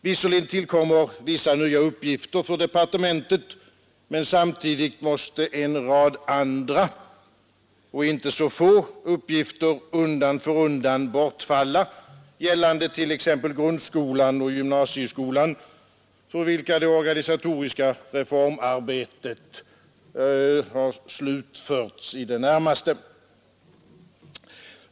Visserligen tillkommer en del nya uppgifter för departementet, men samtidigt måste en rad andra och inte så få uppgifter undan för undan bortfalla, gällande t.ex. grundskolan och gymnasieskolan, för vilka det organisatoriska reformarbetet i det närmaste slutförts.